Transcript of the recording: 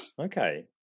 Okay